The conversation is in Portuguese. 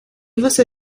você